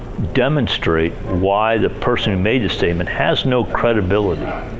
demonstrate why the person who made the statement has no credibility.